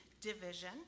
division